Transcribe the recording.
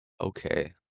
Okay